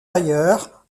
ailleurs